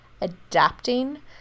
adapting